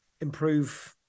improve